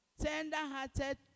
tender-hearted